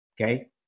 Okay